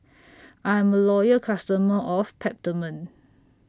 I'm A Loyal customer of Peptamen